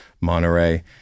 Monterey